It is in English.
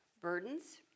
Burdens